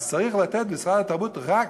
אז צריך לתת, משרד התרבות, רק